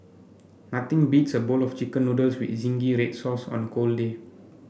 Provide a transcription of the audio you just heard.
nothing beats a bowl of chicken noodles with zingy red sauce on a cold day